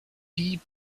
deep